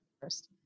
first